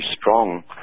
Strong